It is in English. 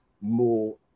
more